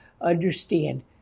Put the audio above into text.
Understand